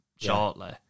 shortly